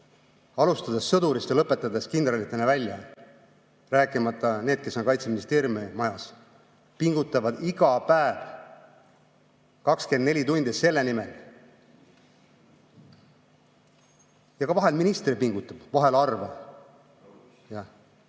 alustades sõdurist ja lõpetades kindralitega, rääkimata nendest, kes on Kaitseministeeriumi majas, pingutavad iga päev 24 tundi selle nimel. Ja vahel ka minister pingutab, vahel harva.